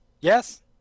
Yes